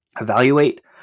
evaluate